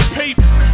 papers